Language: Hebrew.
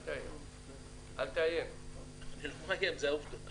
אני מתרגם את הצו.